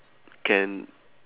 can